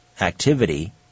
activity